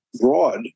broad